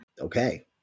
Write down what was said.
Okay